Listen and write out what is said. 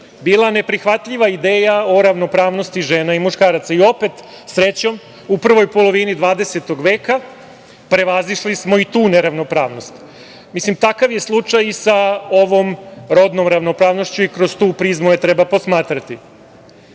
bila neprihvatljiva ideja o ravnopravnosti žena i muškaraca. I opet srećom, u prvoj polovini 20. veka prevazišli smo i tu neravnopravnost. Mislim, takav je slučaj sa ovom rodnom ravnopravnošću i kroz tu prizmu je treba posmatrati. Dakle,